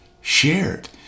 shared